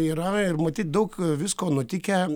yra ir matyt daug visko nutikę